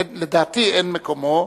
לדעתי אין מקומו,